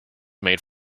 made